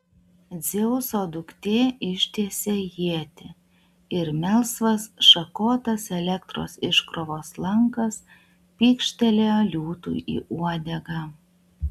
dzeuso duktė ištiesė ietį ir melsvas šakotas elektros iškrovos lankas pykštelėjo liūtui į uodegą